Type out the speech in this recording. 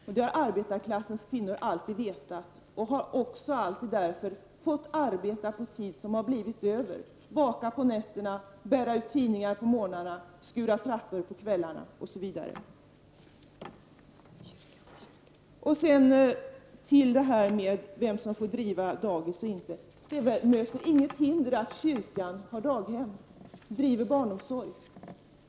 Detta har arbetarklassens kvinnor alltid vetat och därför alltid fått arbeta på den tid som blir över -- baka på nätterna, bära ut tidningar på morgnarna och skura trappor på kvällarna. Sedan till frågan vem som får driva dagis. Det möter inget hinder att kyrkan har daghem och bedriver barnomsorg.